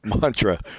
mantra